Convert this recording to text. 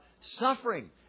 suffering